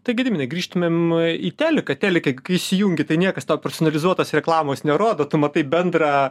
tai gediminai grįžtumėm į teliką telike įsijungi tai niekas tau personalizuotos reklamos nerodo tu matai bendrą